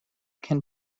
can